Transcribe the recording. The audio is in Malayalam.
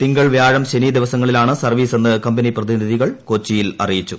തിങ്കൾ വ്യാഴം ശനി ദിവസങ്ങളിലാണ് സർവ്വീസെന്ന് കമ്പനി പ്രതിനിധികൾ കൊച്ചിയിൽ അറിയിച്ചു